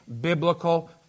biblical